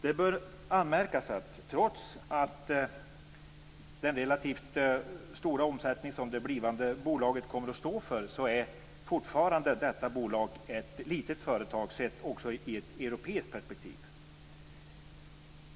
Det bör anmärkas att trots den relativt stora omsättning som det blivande bolaget kommer att stå för är fortfarande detta bolag ett litet företag sett i ett europeiskt perspektiv.